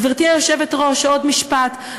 גברתי היושבת-ראש, עוד משפט.